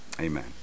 Amen